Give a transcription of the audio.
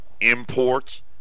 Imports